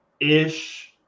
Ish